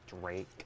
Drake